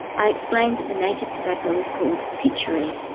i explained that the native tobacco is called pituri,